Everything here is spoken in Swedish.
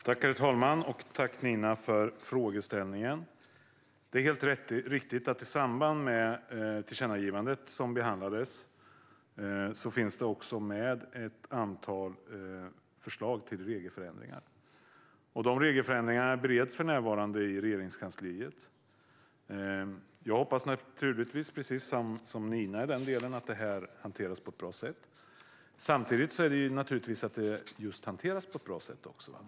Herr talman! Tack, Nina, för frågeställningen! Det är helt riktigt att i samband med tillkännagivandet fanns det också med ett antal förslag till regelförändringar. Dessa regelförändringar bereds för närvarande i Regeringskansliet. Jag, precis som Nina, hoppas naturligtvis att det här hanteras på ett bra sätt. Samtidigt hanteras det också på ett bra sätt.